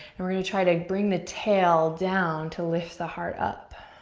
and we're gonna try to bring the tail down to lift the heart up.